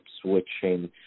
switching